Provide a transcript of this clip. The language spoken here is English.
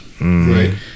Right